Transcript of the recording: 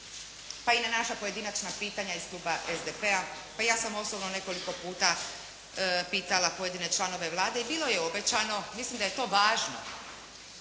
pa i na naša pojedinačna pitanja iz kluba SDP-a, pa i ja sam osobno nekoliko puta pitala pojedine članove Vlade pa i bilo je obećano, mislim da je to važno